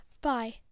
Bye